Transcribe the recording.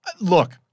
Look